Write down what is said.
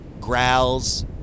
growls